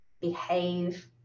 behave